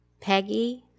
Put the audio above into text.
Peggy